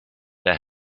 that